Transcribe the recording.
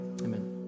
Amen